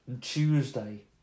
Tuesday